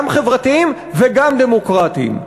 גם חברתיים וגם דמוקרטיים.